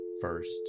first